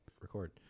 record